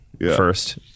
first